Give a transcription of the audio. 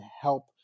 help